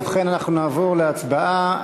ובכן, אנחנו נעבור להצבעה.